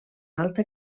alta